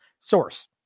source